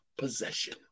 possession